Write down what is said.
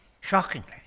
Shockingly